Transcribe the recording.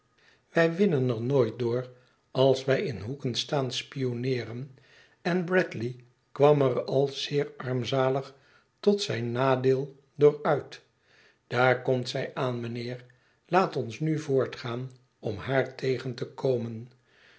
wij winnen er nooit door als wij in hoeken staan spionneeren en bradley kwam er al zeer armzalig tot zijn nadeel door uit daar komt zij aan mijnheer laat ons nu voortgaan om haar tegen te komen